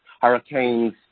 hurricanes